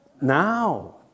Now